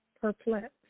perplexed